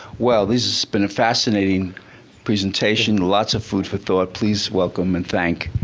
well, this has been a fascinating presentation. lots of food for thought, please welcome and thank,